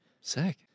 Sick